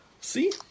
See